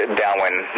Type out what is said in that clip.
downwind